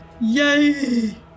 Yay